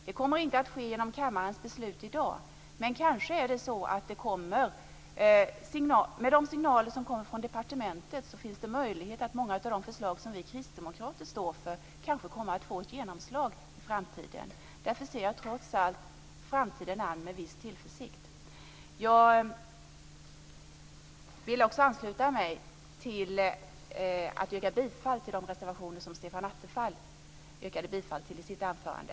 Det sker nog inte genom kammarens beslut i dag, men med de signaler som kommer från departementet kanske många av de förslag som vi kristdemokrater står för kan komma att få ett genomslag i framtiden. Därför ser jag trots allt framtiden an med en viss tillförsikt. Jag vill ansluta mig till Stefan Attefalls yrkande när det gäller de reservationer som han yrkade bifall till i sitt anförande.